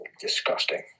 Disgusting